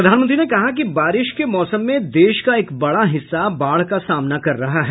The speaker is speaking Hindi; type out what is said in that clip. प्रधानमंत्री ने कहा कि बारिश के मौसम में देश का एक बड़ा हिस्सा बाढ़ का सामना कर रहा है